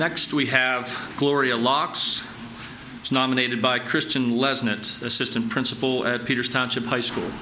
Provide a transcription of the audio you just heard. next we have gloria locks nominated by christian lesson and assistant principal at peters township high school